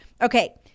Okay